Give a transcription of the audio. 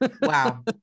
wow